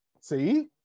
see